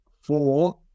four